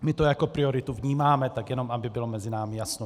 My to jako prioritu vnímáme, tak jenom aby bylo mezi námi jasno.